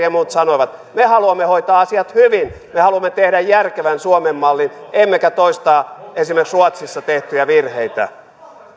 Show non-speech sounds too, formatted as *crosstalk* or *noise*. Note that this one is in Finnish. *unintelligible* ja muut sanoivat me haluamme hoitaa asiat hyvin me haluamme tehdä järkevän suomen mallin emmekä toistaa esimerkiksi ruotsissa tehtyjä virheitä